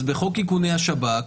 בחוק איכוני השב"כ,